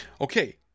Okay